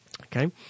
Okay